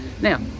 Now